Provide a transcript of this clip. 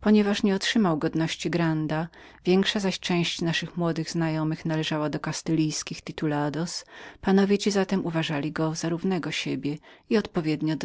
ponieważ nie otrzymał godności granda większa zaś część naszych młodych znajomych należała do kastylijskich titolados panowie ci zatem uważali go za równego i stosownie